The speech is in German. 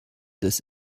des